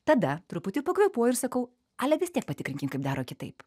tada truputį pakvėpuoju ir sakau ale vis tiek patikrinkim kaip daro kitaip